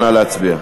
נא להצביע.